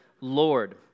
Lord